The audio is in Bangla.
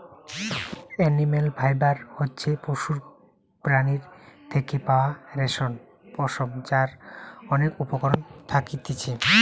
এনিম্যাল ফাইবার হতিছে পশুর প্রাণীর থেকে পাওয়া রেশম, পশম যার অনেক উপকরণ থাকতিছে